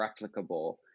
replicable